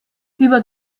über